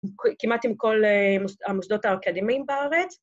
‫כמעט עם כל המוסדות האקדמיים בארץ.